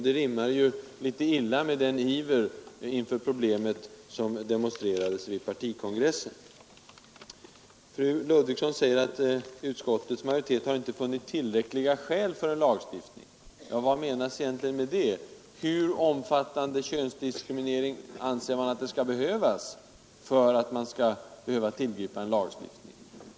Det rimmar litet illa med den iver inför problemet som demonstrerades vid partikongressen. Fru Ludvigsson säger att utskottets majoritet inte har funnit tillräckliga skäl för en lagstiftning. Vad menas egentligen med det? Hur omfattande könsdiskriminering anser man skall föreligga för att en lagstiftning skall behöva tillgripas?